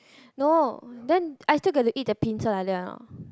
no then I still get to eat the pincer like that a not